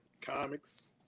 Comics